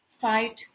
fight